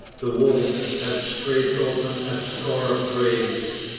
the wolves had scraped open a score of graves.